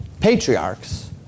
patriarchs